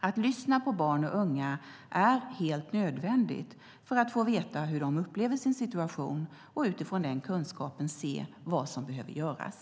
Att lyssna på barn och unga är helt nödvändigt för att få veta hur de upplever sin situation och utifrån den kunskapen se vad som behöver göras.